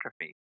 atrophy